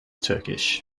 turkish